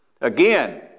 Again